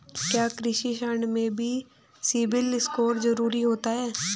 क्या कृषि ऋण में भी सिबिल स्कोर जरूरी होता है?